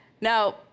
Now